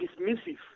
dismissive